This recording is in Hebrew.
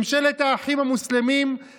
ממשלת האחים המוסלמים,